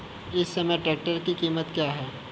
इस समय ट्रैक्टर की कीमत क्या है?